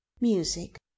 Music